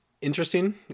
interesting